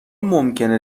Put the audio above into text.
ممکنه